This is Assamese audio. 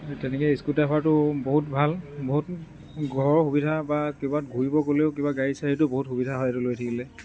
তেনেকৈ ইস্কু ড্ৰাইভাৰটো বহুত ভাল বহুত ঘৰৰ সুবিধা বা ক'ৰবাত ঘূৰিব গ'লেও কিবা গাড়ী চাৰিটো বহুত সুবিধা হয় এইটো লৈ থাকিলে